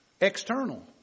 external